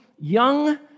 young